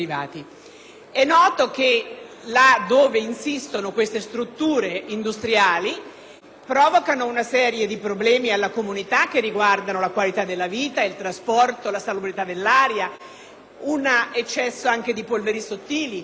provocano una serie di problemi alla comunità che riguardano la qualità della vita, il trasporto, la salubrità dell'aria, l'eccesso di polveri sottili, quindi una serie di considerazioni che devono essere tenute presenti quando parliamo di federalismo, perché